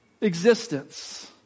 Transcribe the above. existence